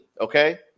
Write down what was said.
okay